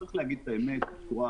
יש לומר את האמת בצורה